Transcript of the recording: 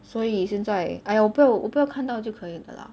所以现在 !aiya! 我不要我不要看到就可以了 lah